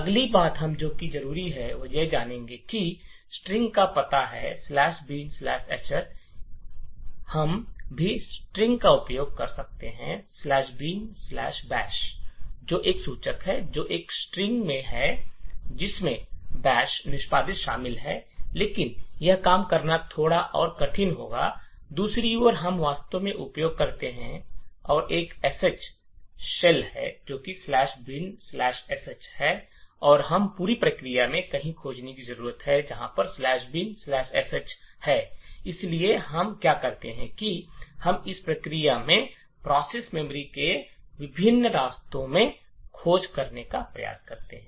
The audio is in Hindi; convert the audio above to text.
अगली बात हम की जरूरत है स्ट्रिंग का पता है बिनश ""binsh"" हम भी स्ट्रिंग का उपयोग कर सकते है बिनबैश ""binbash"" जो एक सूचक है जो एक स्ट्रिंग है जिसमें बैश निष्पादक शामिल है लेकिन यह काम करना थोड़ा और कठिन होगा दूसरी ओर हम वास्तव में उपयोग करते हैं और एक श शैल है कि बिनश ""binsh"" है और हम पूरी प्रक्रिया में कहीं खोजने की जरूरत है जहां बिनश ""binsh"" इसलिए हम क्या करते हैं हम इस प्रक्रिया स्मृति के विभिन्न रास्तों में खोज करने का प्रयास करते हैं